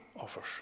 offers